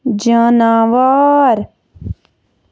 جاناوار